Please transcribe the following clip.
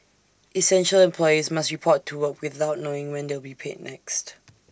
essential employees must report to work without knowing when they'll be paid next